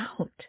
out